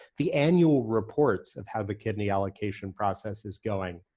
the annual reports of how the kidney allocation process is going.